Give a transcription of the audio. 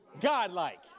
godlike